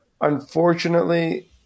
unfortunately